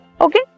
okay